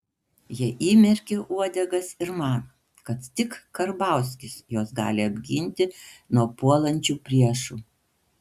jie įmerkė uodegas ir mano kad tik karbauskis juos gali apginti nuo puolančių priešų